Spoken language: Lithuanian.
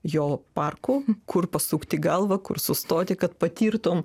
jo parku kur pasukti galvą kur sustoti kad patirtum